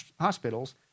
hospitals